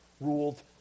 ruled